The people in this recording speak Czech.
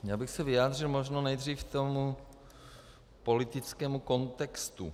Já bych se vyjádřil možná nejdřív k tomu politickému kontextu.